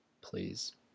please